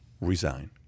resign